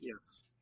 Yes